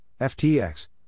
FTX